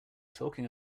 talking